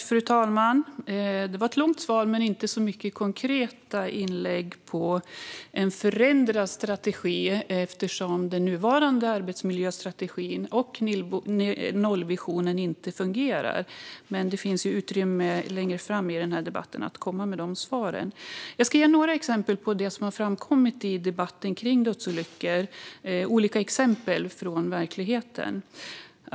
Fru talman! Det var ett långt svar men inte så mycket konkret om en förändrad strategi. Den nuvarande strategin och nollvisionen fungerar ju inte. Det finns dock utrymme för att komma med de svaren längre fram i den här debatten. Jag ska ge några exempel på sådant som har framkommit i debatten om dödsolyckor. Det är olika exempel från verkligheten.